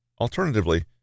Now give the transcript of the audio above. Alternatively